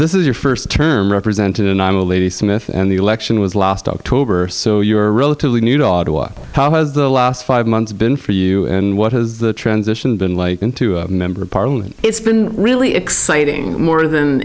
this is your first term represented and i'm a lady smith and the election was last october so you're a relatively new powers the last five months been for you and what has the transition been like into a member of parliament it's been really exciting more than